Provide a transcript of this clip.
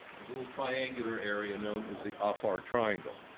the little triangular area known as the afar triangle.